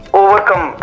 overcome